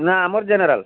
ନା ଆମର ଜେନେରାଲ୍